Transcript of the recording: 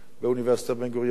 באוניברסיטת בן-גוריון.